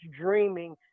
dreaming